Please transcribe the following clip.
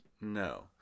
No